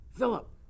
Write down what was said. Philip